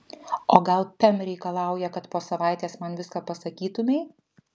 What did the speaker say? o gal pem reikalauja kad po savaitės man viską pasakytumei